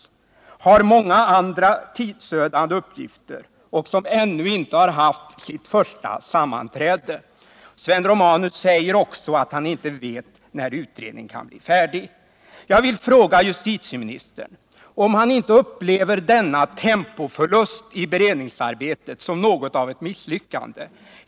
Den har många andra tidsödande uppgifter och har ännu inte haft sitt första sammanträde. Sven Romanus säger också att han inte vet när utredningen kan bli färdig. Jag vill fråga justitieministern om han inte upplever denna tempoförlust i beredningsarbetet som något av ett misslyckande.